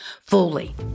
fully